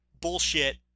bullshit